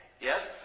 yes